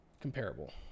comparable